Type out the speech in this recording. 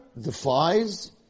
defies